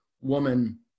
woman